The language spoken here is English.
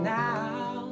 now